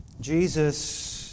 Jesus